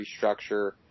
restructure